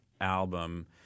album